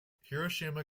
hiroshima